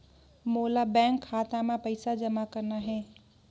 मोला बैंक खाता मां पइसा जमा करना हे?